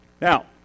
now